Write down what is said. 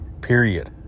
Period